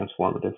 transformative